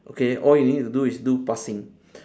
okay all you need to do is do passing